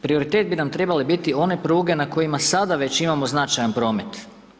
Prioritet bi nam trebale biti one pruge, na kojima sada već imamo značajan promet.